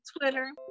Twitter